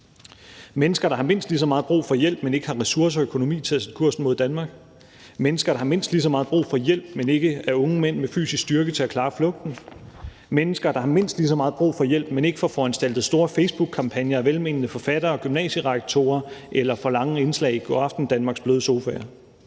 mennesker, der har mindst lige så meget brug for hjælp, men ikke har ressourcer og økonomi til at sætte kursen mod Danmark, mennesker, der har mindst lige så meget brug for hjælp, men ikke er unge mænd med fysisk styrke til at klare flugten, mennesker, der har mindst lige så meget brug for hjælp, men ikke får foranstaltet store facebookkampagner af velmenende forfattere og gymnasierektorer eller får lange indslag i Go' Aften Danmarks bløde sofaer.